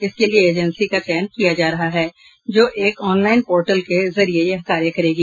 इसके लिए एजेंसी का चयन किया जा रहा है जो एक ऑनलाईन पोटर्ल के जरिये यह कार्य करेगी